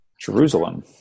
Jerusalem